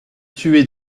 tuer